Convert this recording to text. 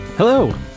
Hello